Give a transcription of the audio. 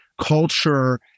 culture